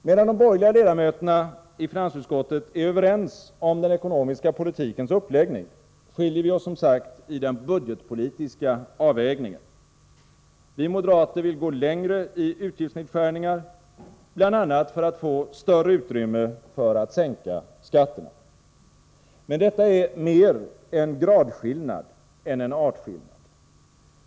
Medan de borgerliga ledamöterna i finansutskottet är överens om den ekonomiska politikens uppläggning, skiljer vi oss som sagt i den budgetpolitiska avvägningen. Vi moderater vill gå längre i utgiftsnedskärningar, bl.a. för att få större utrymme för att sänka skatterna. Men detta är mer en gradskillnad än en artskillnad.